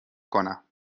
کنم